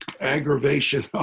aggravation